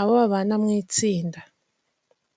abo babana mu itsinda.